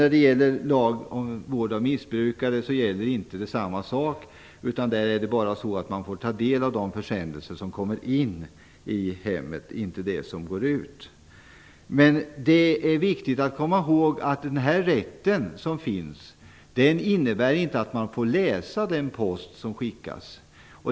När det gäller lagen om vård av missbrukare gäller dock inte detta. I det fallet får man bara ta del av försändelser som kommer in till hemmet, inte av det som går ut. Det är viktigt att komma ihåg att den här rätten inte innebär att man får läsa post som skickas.